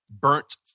burnt